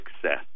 success